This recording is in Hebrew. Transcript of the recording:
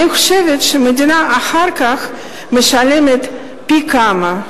אני חושבת שהמדינה אחר כך משלמת פי-כמה,